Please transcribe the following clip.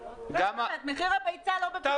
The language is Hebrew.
--- מחיר הביצה לא בפיקוח?